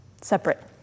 separate